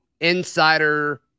insider